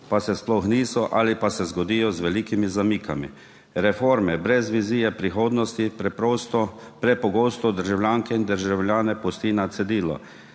pa se sploh niso ali pa se zgodijo z velikimi zamiki. Reforme brez vizije prihodnosti prepogosto državljanke in državljane pusti na cedilu,